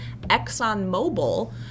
ExxonMobil